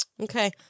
Okay